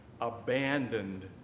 abandoned